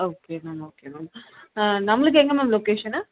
okay ma'am okay ma'am நம்மளுக்கு எங்கே ma'am லொக்கேஷன்னு